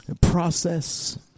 process